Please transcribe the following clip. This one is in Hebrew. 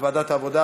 לוועדת העבודה,